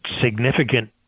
significant